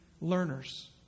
learners